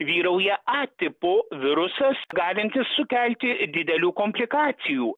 vyrauja a tipo virusas galintis sukelti didelių komplikacijų